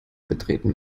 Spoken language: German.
betreten